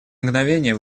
мгновение